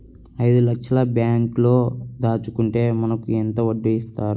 ఐదు లక్షల బ్యాంక్లో దాచుకుంటే మనకు ఎంత వడ్డీ ఇస్తారు?